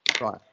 right